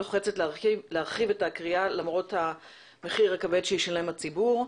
לוחצת להרחיב את הכרייה למרות המחיר הכבד שישלם הציבור".